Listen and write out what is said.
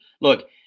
look –